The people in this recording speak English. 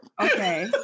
Okay